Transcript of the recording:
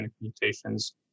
mutations